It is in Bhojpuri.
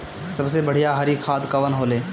सबसे बढ़िया हरी खाद कवन होले?